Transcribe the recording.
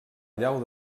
llau